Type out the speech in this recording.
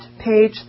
page